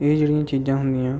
ਇਹ ਜਿਹੜੀਆਂ ਚੀਜ਼ਾਂ ਹੁੰਦੀਆਂ